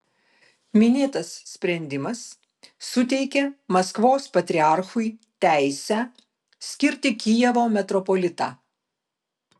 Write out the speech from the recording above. minėtas sprendimas suteikė maskvos patriarchui teisę skirti kijevo metropolitą